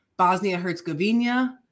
Bosnia-Herzegovina